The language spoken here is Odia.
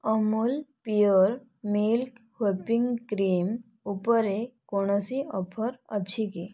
Amul pure milk whipping cream ଉପରେ କୌଣସି ଅଫର୍ ଅଛି କି